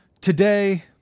Today